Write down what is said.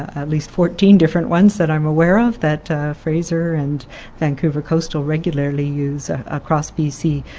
at least fourteen different ones that i'm aware of that fraser and vancouver coastal regularly use across bc.